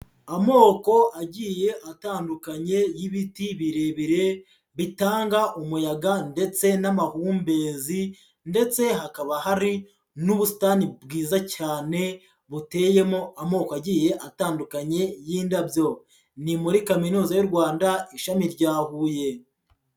Amoko agiye atandukanye y'ibiti birebire bitanga umuyaga ndetse n'amahumbezi ndetse hakaba hari n'ubusitani bwiza cyane buteyemo amoko agiye atandukanye y'indabyo, ni muri Kaminuza y'u Rwanda, ishami rya Huye.